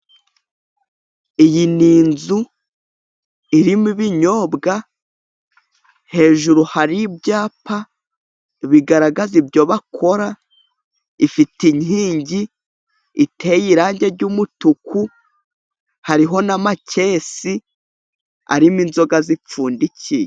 Iyi ni inzu irimo ibinyobwa. Hejuru hari ibyapa bigaragaza ibyo bakora. Ifite inkingi iteye irangi ry'umutuku, hariho n'amakesi arimo inzoga zipfundikiye.